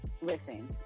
listen